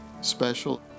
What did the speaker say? special